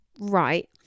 Right